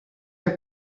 are